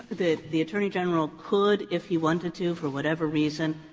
that the attorney general could if he wanted to, for whatever reason,